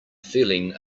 feeling